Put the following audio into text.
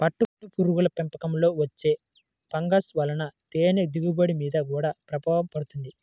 పట్టుపురుగుల పెంపకంలో వచ్చే ఫంగస్ల వలన తేనె దిగుబడి మీద గూడా ప్రభావం పడుతుంది